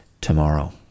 tomorrow